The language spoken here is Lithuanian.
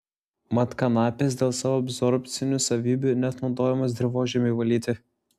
mat kanapės dėl savo absorbcinių savybių net naudojamos dirvožemiui valyti